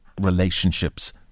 relationships